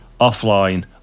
offline